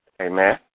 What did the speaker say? Amen